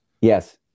yes